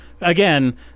again